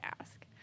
ask